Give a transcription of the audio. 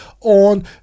on